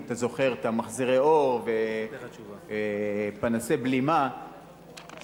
אם אתה זוכר את מחזירי האור ופנסי בלימה שחייבו,